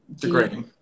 Degrading